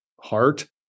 heart